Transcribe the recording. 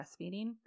breastfeeding